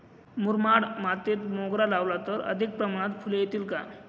मुरमाड मातीत मोगरा लावला तर अधिक प्रमाणात फूले येतील का?